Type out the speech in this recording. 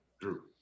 Drew